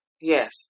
Yes